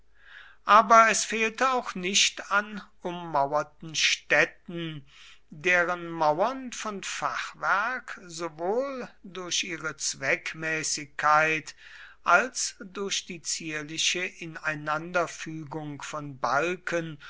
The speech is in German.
aber es fehlte auch nicht an ummauerten städten deren mauern von fachwerk sowohl durch ihre zweckmäßigkeit als durch die zierliche ineinanderfügung von balken